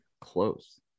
Close